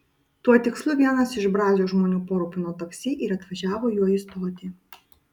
tuo tikslu vienas iš brazio žmonių parūpino taksi ir atvažiavo juo į stotį